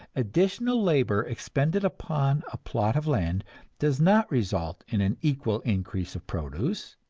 additional labor expended upon a plot of land does not result in an equal increase of produce,